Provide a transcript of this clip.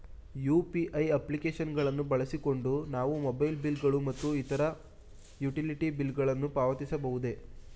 UPI application ಗಳನ್ನು ಬಳಸಿಕೊಂಡು ನಾವು ಮೊಬೈಲ್ ಬಿಲ್ ಗಳು ಮತ್ತು ಇತರ ಯುಟಿಲಿಟಿ ಬಿಲ್ ಗಳನ್ನು ಪಾವತಿಸಬಹುದು